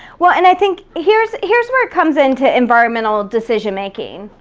well, and i think here's here's where it comes into environmental decision-making.